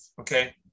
Okay